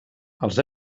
els